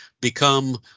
become